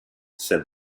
said